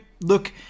look